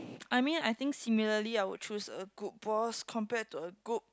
I mean I think similarly I would choose a good boss compare to a good